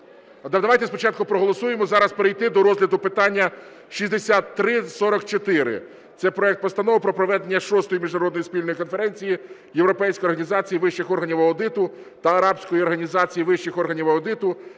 давайте спочатку проголосуємо зараз перейти до розгляду питання 6344 – це про проект Постанови про проведення VI Міжнародної спільної конференції Європейської організації вищих органів аудиту та Арабської організації вищих органів аудиту